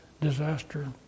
disaster